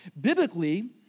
Biblically